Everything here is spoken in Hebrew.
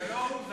זה לא הוא,